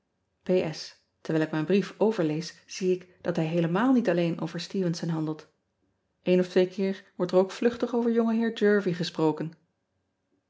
erwijl ik mijn brief overlees zie ik dat hij heelemaal niet alleen over tevenson handelt en of twee keer wordt er ook vluchtig over ongeheer ervie gesproken